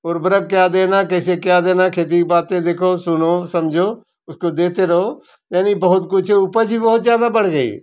उर्वरक क्या देना कैसे क्या देना है खेती की बातें देखो सुनो समझो उसको देते रहो यानी बहुत कुछ उपज भी बहोत ज़्यादा बढ़ गई